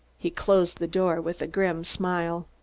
he closed the door with a grim smile.